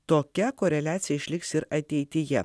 tokia koreliacija išliks ir ateityje